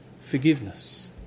forgiveness